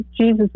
Jesus